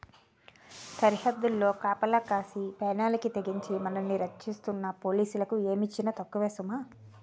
సరద్దుల్లో కాపలా కాసి పేనాలకి తెగించి మనల్ని రచ్చిస్తున్న పోలీసులకి ఏమిచ్చినా తక్కువే సుమా